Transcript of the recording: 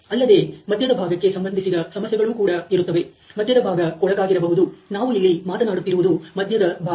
ಅಲ್ಲದೇ ಮಧ್ಯದ ಭಾಗಕ್ಕೆ ಸಂಬಂಧಿಸಿದ ಸಮಸ್ಯೆಗಳು ಕೂಡ ಇರುತ್ತವೆ ಮಧ್ಯದ ಭಾಗ ಕೊಳಕಾಗಿರಬಹುದು ನಾವು ಇಲ್ಲಿ ಮಾತನಾಡುತ್ತಿರುವುದು ಮಧ್ಯದ ಭಾಗ